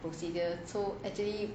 procedure so actually